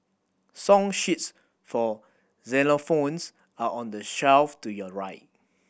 song sheets for xylophones are on the shelf to your right